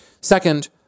Second